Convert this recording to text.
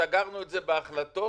סגרנו את זה בהחלטות